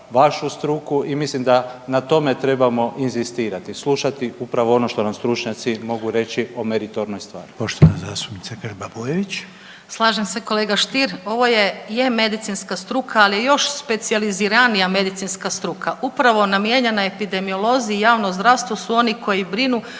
vašu struku i mislim da na tome trebamo inzistirati, slušati upravo ono što nam stručnjaci mogu reći o meritornoj stvari. **Reiner, Željko (HDZ)** Poštovana zastupnica Grba Bujević. **Grba-Bujević, Maja (HDZ)** Slažem se kolega Stier, ovo je medicinska struka, ali je još specijaliziranija medicinska struka upravo namijenjena epidemiolozi i javno zdravstvo su oni koji brinu